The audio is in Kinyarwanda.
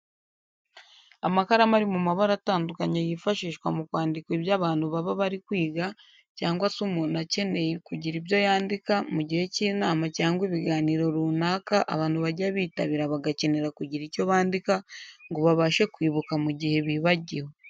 Amakaramu ari mu mabara atandukanye yifashishwa mu kwandika ibyo abantu baba bari kwiga cyangwa se umuntu akeneye kugira ibyo yandika mu gihe cy'inama cyangwa ibiganiro runaka abantu bajya bitabira bagakenera kugira icyo bandika ngo babashe kwibuka mu gihe bibagiwe.